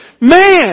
man